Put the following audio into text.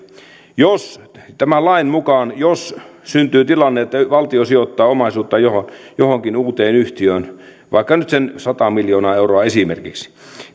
tämän lain mukaan jos syntyy tilanne että valtio sijoittaa omaisuuttaan johonkin uuteen yhtiöön vaikka nyt sen sata miljoonaa euroa esimerkiksi